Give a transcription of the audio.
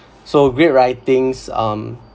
so great writings um